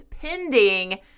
pending